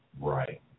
Right